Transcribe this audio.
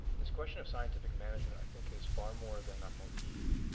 this question of scientific management i think is far more than a motif.